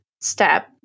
step